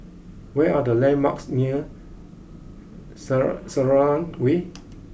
where are the landmarks near Sara Selarang Way